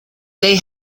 they